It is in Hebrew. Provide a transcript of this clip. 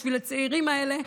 בשביל הצעירים האלה,